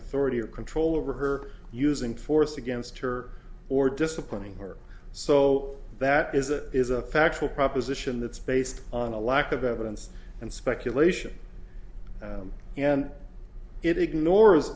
authority or control over her using force against her or disciplining her so that is a is a factual proposition that's based on a lack of evidence and speculation and it ignores